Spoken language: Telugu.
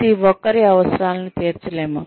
ప్రతి ఒక్కరి అవసరాలను తీర్చలేము